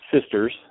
sisters